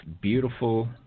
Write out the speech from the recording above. beautiful